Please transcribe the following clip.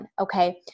okay